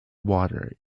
water